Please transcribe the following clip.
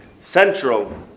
central